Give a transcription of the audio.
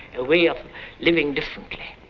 a way of living differently.